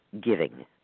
giving